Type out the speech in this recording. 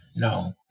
No